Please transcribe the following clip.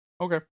Okay